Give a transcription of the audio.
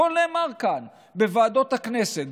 הכול נאמר כאן בוועדות הכנסת,